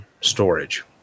storage